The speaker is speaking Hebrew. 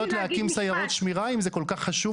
להקים סיירות שמירה אם זה כל כך חשוב לך?